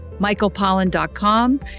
michaelpollan.com